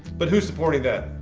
but who's supporting that?